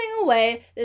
away